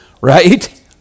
Right